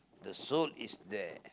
the soul is there